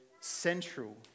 central